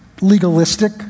legalistic